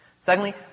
Secondly